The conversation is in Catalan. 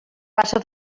passa